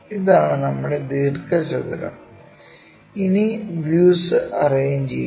ഇതാണ് നമ്മുടെ ദീർഘചതുരം ഇനി വ്യൂസ് അറേഞ്ച് ചെയ്യുക